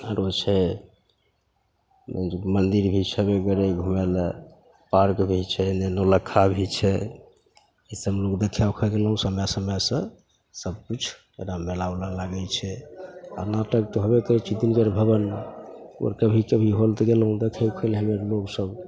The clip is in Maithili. आओर छै मन्दिर भी छेबे करै घुमैले पार्क भी छै एन्ने नौलक्खा भी छै ईसब लोक देखै उखै गेलहुँ समय समयसे सबकिछु ओना मेला उला लागै छै आओर नाटक तऽ होबे करै छै दिनकर भवनमे कभी कभी होल तऽ गेलहुँ देखै उखैले हइ वएह लोकसभ